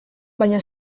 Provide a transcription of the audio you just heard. baina